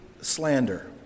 slander